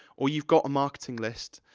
or you've got a marketing list,